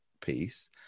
piece